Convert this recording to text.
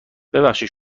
ببخشید